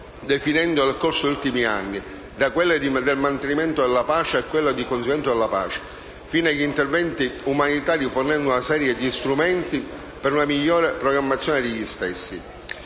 definendo nel corso degli ultimi anni, da quelle di mantenimento della pace a quelle di conseguimento della pace, fino agli interventi umanitari, fornendo una serie di strumenti per una migliore programmazione degli stessi.